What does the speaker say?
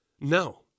No